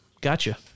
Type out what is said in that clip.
gotcha